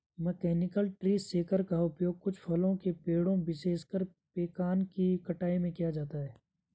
mechanical tree shaker का उपयोग कुछ फलों के पेड़ों, विशेषकर पेकान की कटाई में किया जाता है